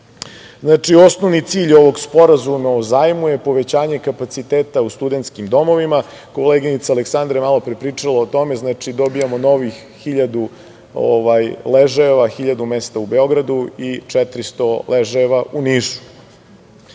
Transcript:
osnovni cilj ovog Sporazuma o zajmu, je povećanje kapaciteta u studentskim domovima. Koleginica Aleksandra je malopre pričala o tome. Znači, dobijamo novih 1.000 ležajeva, 1.000 mesta u Beogradu i 400 ležajeva u